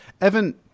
Evan